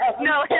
No